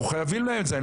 אנחנו חייבים להם את זה.